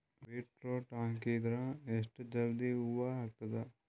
Beetroot ಹಾಕಿದರ ಎಷ್ಟ ಜಲ್ದಿ ಹೂವ ಆಗತದ?